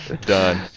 Done